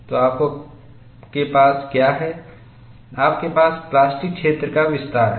तो आपके पास क्या है आपके पास प्लास्टिक क्षेत्र का विस्तार है